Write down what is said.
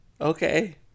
Okay